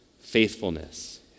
faithfulness